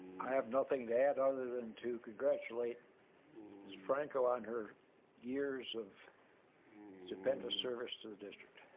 i have nothing to add um other than to congratulate ms. franco on her years of stupendous service to the district.